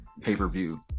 pay-per-view